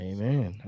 Amen